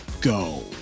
go